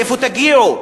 לאיפה תגיעו?